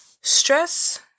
Stress